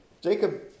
Jacob